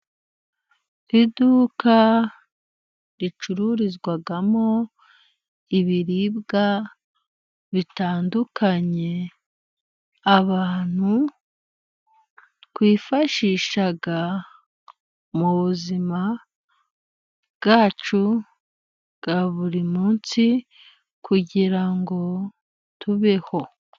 Iduka ricururizwamo ibiribwa bitandukanye, abantu twifashisha mubuzima bwacu bwa buri munsi, kugira ngo tubeho.